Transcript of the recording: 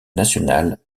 national